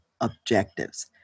objectives